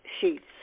sheets